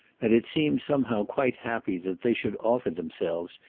and it seemed somehow quite happy that they should offer themselves,